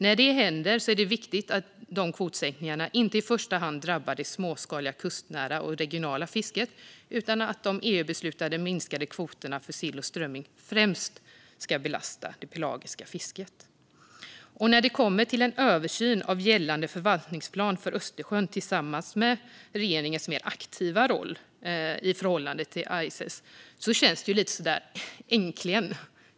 När det händer är det viktigt att kvotsänkningarna inte i första hand drabbar det småskaliga, kustnära och regionala fisket utan att de EU-beslutade minskade kvoterna för sill och strömming främst ska belasta det pelagiska fisket. När det kommer till en översyn av gällande förvaltningsplan för Östersjön tillsammans med regeringens mer aktiva roll i förhållande till ICES känns det lite som "Äntligen!".